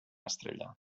estrella